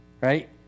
right